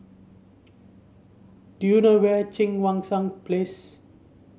do you know where Cheang Wan Seng Place